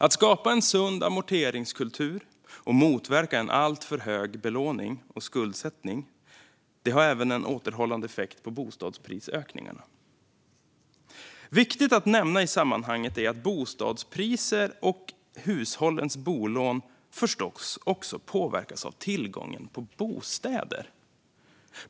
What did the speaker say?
Att skapa en sund amorteringskultur och motverka alltför hög belåning och skuldsättning har även en återhållande effekt på bostadsprisökningarna. Viktigt att nämna i sammanhanget är att bostadspriser och hushållens bolån förstås också påverkas av tillgången på bostäder.